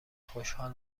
خوشحال